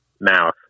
mouth